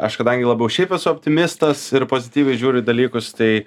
aš kadangi labiau šiaip esu optimistas ir pozityviai žiūriu į dalykus tai